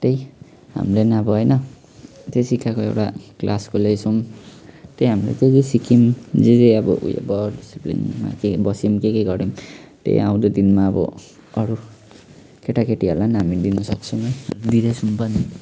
त्यही हामीलाई पनि अब होइन त्यो सिकाएको एउटा क्लासको लेसन त्यो हामीले जे जे सिक्यौँ जे जे अब उयो भयो डिसिप्लिनमा के बस्यौँ पनि के के गरौँ त्यही आउँदो दिनमा अब अरू केटाकेटीहरूलाई पनि हामी दिनसक्छौँ है दिँदैछौँ पनि